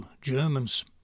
Germans